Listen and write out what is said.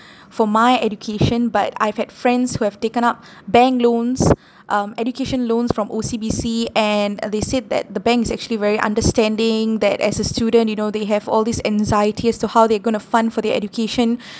for my education but I've had friends who have taken up bank loans um education loans from O_C_B_C and uh they said that the bank is actually very understanding that as a student you know they have all this anxiety as to how they going to fund for their education